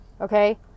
Okay